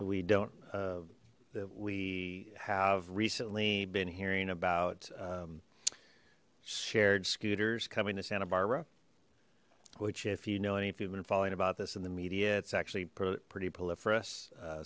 we don't that we have recently been hearing about shared scooters coming to santa barbara which if you know anything been following about this in the media it's actually pretty